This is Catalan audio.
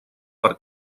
per